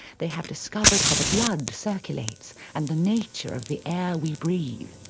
they have discovered how the blood circulates, and the nature of the air we breathe.